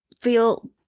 feel